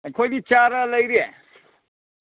ꯑꯩꯈꯣꯏꯗꯤ ꯆꯥꯔꯥ ꯂꯩꯔꯤ